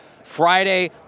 Friday